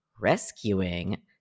rescuing